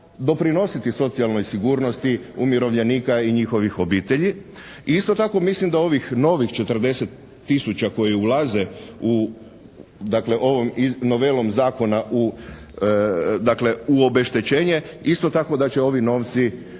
doprinositi socijalnoj sigurnosti umirovljenika i njihovih obitelji. I isto tako mislim da ovih novih 40 tisuća koje ulaze dakle ovom novelom zakona, dakle u obeštećenje, dakle isto tako da će ovi novci